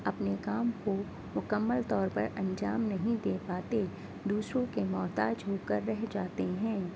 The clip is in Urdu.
اپنے کام کو مکمل طور پر انجام نہیں دے پاتے دوسروں کے محتاج ہوکر رہ جاتے ہیں